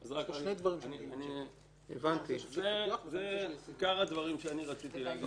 אני חושב שבאיטליה יש משהו דומה לזה.